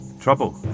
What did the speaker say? Trouble